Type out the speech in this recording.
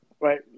right